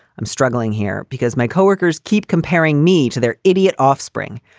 i'm struggling here because my co-workers keep comparing me to their idiot offspring.